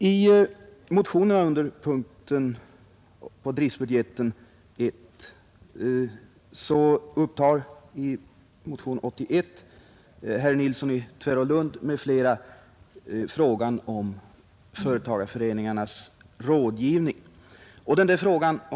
Under rubriken driftbudgeten, punkten 1, i näringsutskottets betänkande behandlas motionen 81 av herr Nilsson i Tvärålund m.fl., i vilken motionärerna tagit upp frågan om företagareföreningarnas rådgivning. Herr Gustafsson i Byske har i dag talat för den motionen.